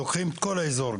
לוקחים את כל האזור,